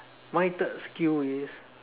my third skill is